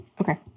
Okay